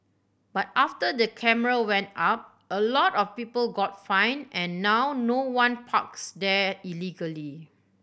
but after the camera went up a lot of people got fined and now no one parks there illegally